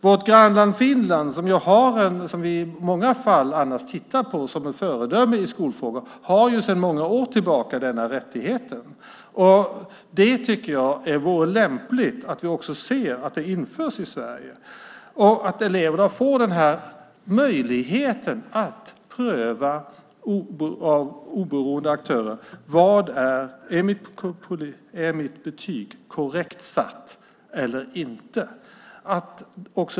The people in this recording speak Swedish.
Vårt grannland Finland, som vi i många fall annars tittar på som ett föredöme i skolfrågor, har sedan många år tillbaka denna rättighet. Jag tycker att det vore lämpligt att införa detta också i Sverige och att eleverna får den här möjligheten till prövning av oberoende aktörer av om deras betyg är korrekta eller inte.